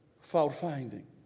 fault-finding